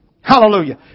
Hallelujah